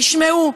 תשמעו,